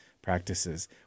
Practices